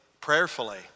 prayerfully